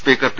speaker P